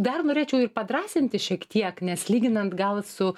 dar norėčiau ir padrąsinti šiek tiek nes lyginant gal su